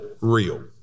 real